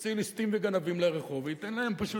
יוציא ליסטים וגנבים לרחוב וייתן להם פשוט